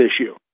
issue